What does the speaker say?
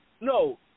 No